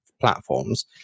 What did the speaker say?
platforms